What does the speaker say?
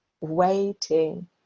waiting